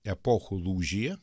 epochų lūžyje